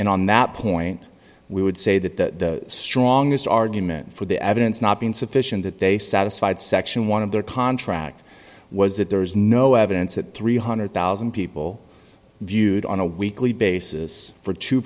and on that point we would say that the strongest argument for the evidence not been sufficient that they satisfied section one of their contract was that there is no evidence that three one hundred thousand people viewed on a weekly basis for two